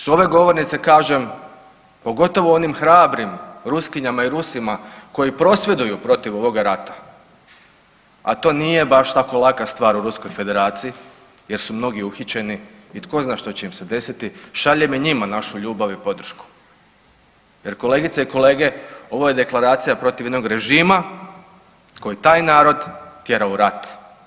S ove govornice kažem pogotovo onim hrabrim Ruskinjama i Rusima koji prosvjeduju protiv ovoga rata, a to nije baš tako laka stvar u Ruskoj Federaciji jer su mnogi uhićeni i tko zna što će im se desiti, šaljem i njima našu ljubav i podršku jer kolegice i kolege ovo je deklaracija protiv jednog režima koji taj narod tjera u rat.